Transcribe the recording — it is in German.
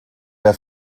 der